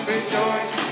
Rejoice